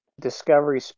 Discovery